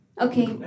Okay